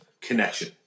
connection